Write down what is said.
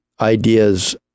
ideas